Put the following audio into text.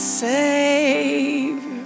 save